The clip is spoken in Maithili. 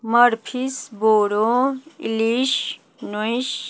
मर्फीश बोरो इलीश नोहिश